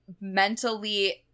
mentally